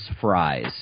fries